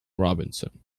robinson